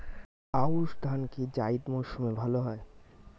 আউশ ধান কি জায়িদ মরসুমে ভালো হয়?